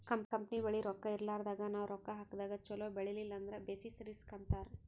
company ಬಲ್ಲಿ ರೊಕ್ಕಾ ಇರ್ಲಾರ್ದಾಗ್ ನಾವ್ ರೊಕ್ಕಾ ಹಾಕದಾಗ್ ಛಲೋ ಬೆಳಿಲಿಲ್ಲ ಅಂದುರ್ ಬೆಸಿಸ್ ರಿಸ್ಕ್ ಅಂತಾರ್